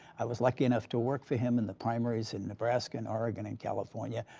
i was lucky enough to work for him in the primaries in nebraska and oregon and california,